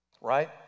Right